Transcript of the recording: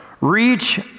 reach